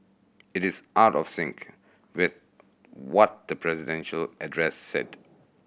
it is out of sync with what the presidential address said